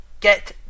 get